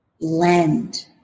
blend